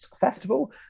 Festival